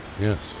Yes